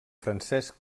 francesc